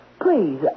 please